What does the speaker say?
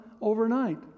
overnight